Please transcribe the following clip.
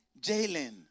Jalen